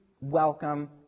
welcome